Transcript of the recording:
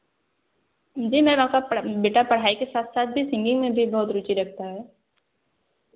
जी ma'am आपका पड़ा बेटा पढ़ाई के साथ साथ भी सिंगिंग में भी बहुत रुचि रखता है